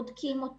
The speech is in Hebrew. בודקים,